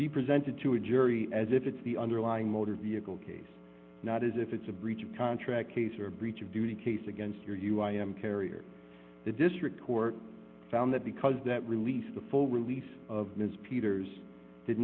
be presented to a jury as if it's the underlying motor vehicle case not as if it's a breach of contract case or breach of duty case against your you i am carrier the district court found that because that release the full release of ms peters did